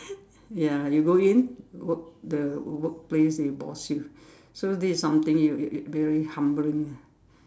ya you go in work the work place they boss you so this is something you you very humbling